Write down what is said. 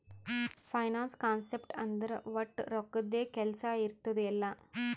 finance concept ಅಂದುರ್ ವಟ್ ರೊಕ್ಕದ್ದೇ ಕೆಲ್ಸಾ ಇರ್ತುದ್ ಎಲ್ಲಾ